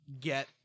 get